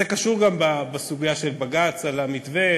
זה קשור גם בסוגיה של הבג"ץ על המתווה,